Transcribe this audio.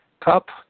cup